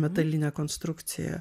metalinė konstrukcija